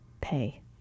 pay